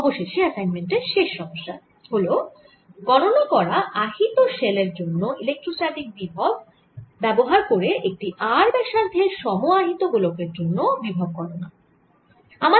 অবশেষে এই অ্যাসাইনমেন্টের শেষ সমস্যা হল আগে গণনা করা আহিত শেল এর জন্য ইলেক্ট্রোস্ট্যাটিক বিভব ব্যবহার করে একটি r ব্যাসার্ধের সম আহিত গোলকের জন্য বিভব গণনা করা